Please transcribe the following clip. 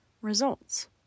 results